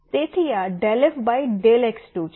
તેથી આ ∂f ∂x2 છે